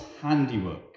handiwork